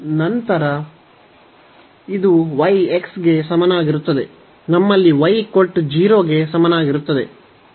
ನಮ್ಮಲ್ಲಿ y 0 ಗೆ ಸಮನಾಗಿರುತ್ತದೆ ಮತ್ತು x 8 ಗೆ ಸಮನಾಗಿರುತ್ತದೆ